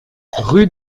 rue